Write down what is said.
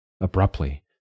Abruptly